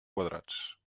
quadrats